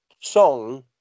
song